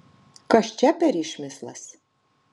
kas čia per išmislas